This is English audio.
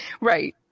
Right